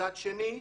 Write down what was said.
מצד שני,